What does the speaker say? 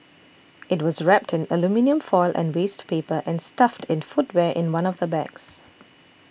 it was wrapped in aluminium foil and waste paper and stuffed in footwear in one of the bags